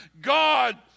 God